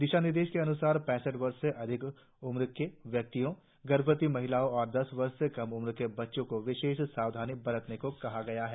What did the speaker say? दिशा निर्देश के अन्सार पैंसठ वर्ष से अधिक आय् के व्यक्तियों गर्भवती महिलाओं और दस वर्ष से कम उम्र के बच्चों को विशेष सावधानी बरतने को कहा गया है